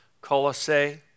Colossae